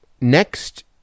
Next